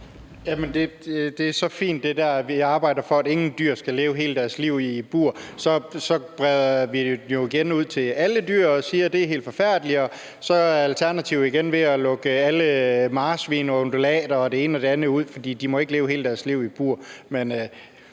at man siger, at man arbejder for, at ingen dyr skal leve hele deres liv i bur. Så breder vi det jo igen ud til alle dyr og siger, at det er helt forfærdeligt, og så er Alternativet igen ved at lukke alle marsvin og undulater og det ene og det andet ud, for de må ikke leve hele deres liv i bur.